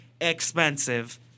expensive